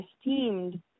esteemed